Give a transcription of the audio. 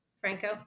Franco